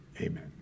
Amen